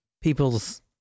people's